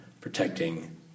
protecting